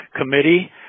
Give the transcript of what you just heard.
committee